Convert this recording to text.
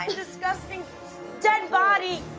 and disgusting dead body.